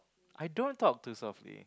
I don't talk too softly